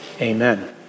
Amen